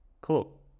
cool